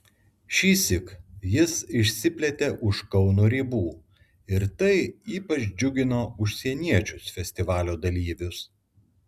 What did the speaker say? šįsyk jis išsiplėtė už kauno ribų ir tai ypač džiugino užsieniečius festivalio dalyvius